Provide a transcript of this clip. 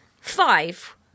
Five